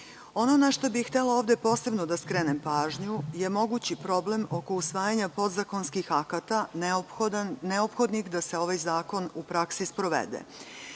na šta bih ovde htela posebno da skrenem pažnju je mogući problem oko usvajanja podzakonskih akata neophodnih da se ovaj zakon u praksi sprovede.